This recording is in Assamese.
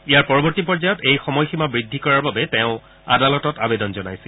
ইয়াৰ পৰৱৰ্তী পৰ্যায়ত এই সময়সীমা বৃদ্ধি কৰাৰ বাবে তেওঁ আদালতত আৱেদন জনাইছিল